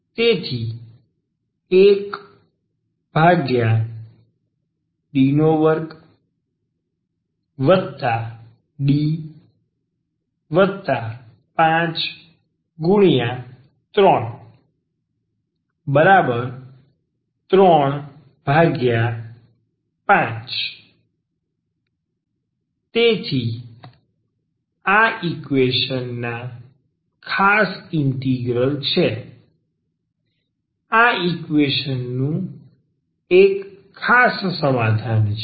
તેથી 1D2D53 35 તેથી આ આ ઈકવેશન ના ખાસ ઇન્ટિગ્રલ છે આ ઈકવેશન નું એક ખાસ સમાધાન છે